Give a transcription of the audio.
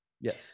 yes